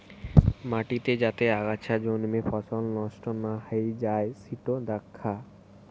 মাটিতে যাতে আগাছা জন্মে ফসল নষ্ট না হৈ যাই সিটো দ্যাখা